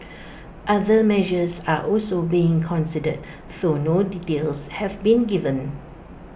other measures are also being considered though no details have been given